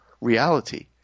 reality